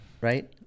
right